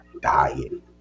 dying